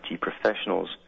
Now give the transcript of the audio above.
professionals